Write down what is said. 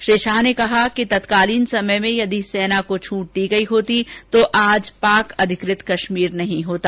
उन्होंने कहा कि तत्कालीन समय में यदि सेना को छूट दी गयी होती तो आज पाक अधिकृत कश्मीर नहीं होता